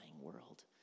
world